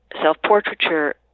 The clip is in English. self-portraiture